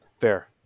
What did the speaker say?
Fair